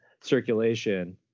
circulation